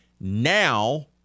Now